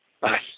Bye